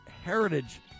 heritage